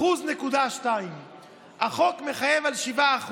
1.2%. החוק מחייב 7%,